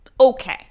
okay